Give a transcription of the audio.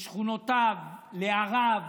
לשכונותיו, לעריו,